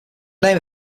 name